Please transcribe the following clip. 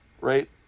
right